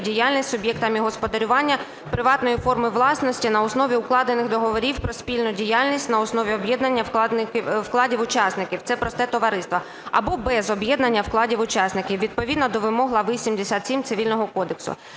діяльність з суб'єктами господарювання приватної форми власності на основі укладених договорів про спільну діяльність на основі об'єднання вкладів учасників (це просте товариство) або без об'єднання вкладів учасників, відповідно до вимог глави 77 Цивільного кодексу.